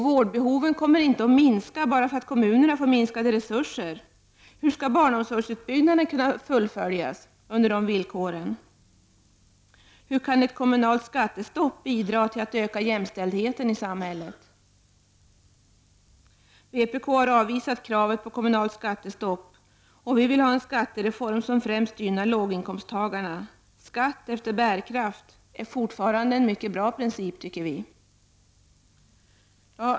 Vårdbehoven kommer inte att minska bara för att kommunerna får minskade resurser. Och hur skall barnomsorgsutbyggnaden fullföljas under de villkoren? Hur kan ett kommunalt skattestopp bidra till att öka jämställdheten i samhället? Vpk har avvisat kravet på kommunalt skattestopp och vill ha en skattereform som främst gynnar låginkomsttagarna. Skatt efter bärkraft är fortfarande en mycket bra princip, tycker vi.